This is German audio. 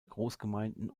großgemeinden